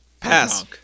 Pass